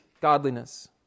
godliness